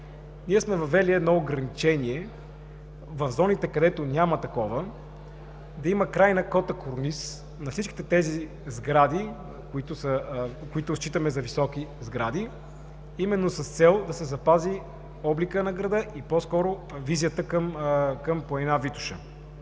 ние сме въвели ограничение в зоните, където няма такова, да има край на кота корниз на всички тези сгради, които считаме за високи, именно с цел да се запази обликът на града и по-скоро визията към планина Витоша.